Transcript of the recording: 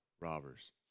robbers